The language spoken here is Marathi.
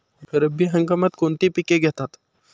रब्बी हंगामात कोणती पिके घेतात?